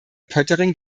poettering